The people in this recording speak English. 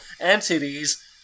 entities